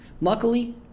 Luckily